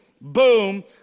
boom